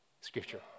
Scripture